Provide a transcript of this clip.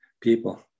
people